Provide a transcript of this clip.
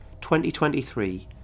2023